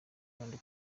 kandi